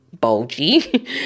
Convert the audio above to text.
bulgy